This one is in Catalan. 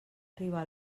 arribar